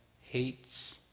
hates